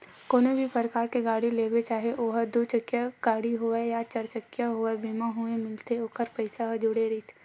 कोनो भी परकार के गाड़ी लेबे चाहे ओहा दू चकिया गाड़ी होवय या चरचकिया होवय बीमा होय मिलथे ओखर पइसा ह जुड़े रहिथे